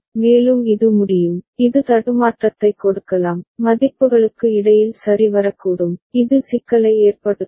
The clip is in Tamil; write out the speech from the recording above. மேலும் இது முடியும் இது தடுமாற்றத்தைக் கொடுக்கலாம் மதிப்புகளுக்கு இடையில் சரி வரக்கூடும் இது சிக்கலை ஏற்படுத்தும்